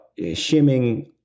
shimming